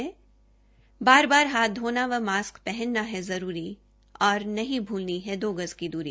बार बार हाथ धोना व मास्क पहनना है जरूरी और नहीं भूलनी है दो गज की दूरी